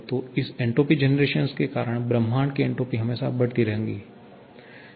तो इस entropy generation के कारण ब्रह्मांड की एन्ट्रापी हमेशा बढ़ती रहती है